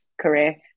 career